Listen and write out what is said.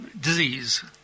disease